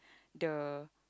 the